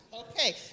Okay